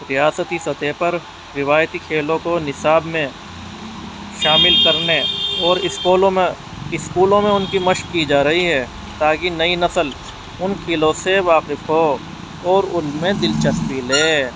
ریاستی سطح پر روایتی کھیلوں کو نصاب میں شامل کرنے اور اسکولوں میں اسکولوں میں ان کی مشق کی جا رہی ہے تاکہ نئی نسل ان کھیلوں سے واقف ہو اور ان میں دلچسپی لے